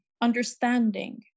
understanding